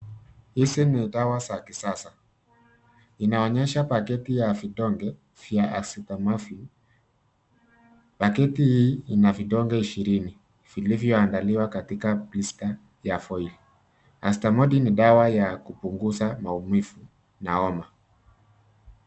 Hizi ni dawa za kisasa. Inaonyesha pakiti ya vidonge vya Acetaminophen. Pakiti hii ina vidonge ishirini, vilivyoandaliwa katika blister ya foil . Acetaminophen ni dawa ya kupunguza maumivu na homa.